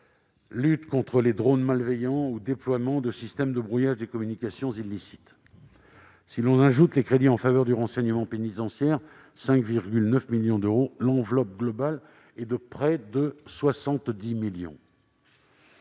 lutte contre les drones malveillants ou encore le déploiement de systèmes de brouillage des communications illicites. Si l'on ajoute les crédits en faveur du renseignement pénitentiaire- 5,9 millions d'euros -, l'enveloppe globale atteint près de 70 millions